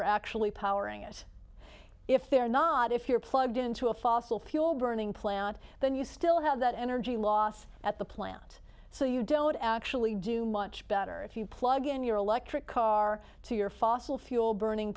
are actually powering it if they're not if you're plugged into a fossil fuel burning plant then you still have that energy loss at the plant so you don't actually do much better if you plug in your electric car to your fossil fuel burning